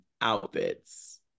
outfits